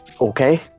Okay